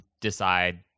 decide